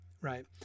right